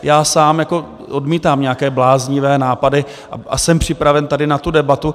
Já sám odmítám nějaké bláznivé nápady a jsem připraven tady na tu debatu.